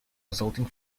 resulting